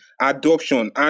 adoption